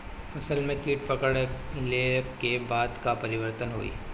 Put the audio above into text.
फसल में कीट पकड़ ले के बाद का परिवर्तन होई?